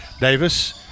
Davis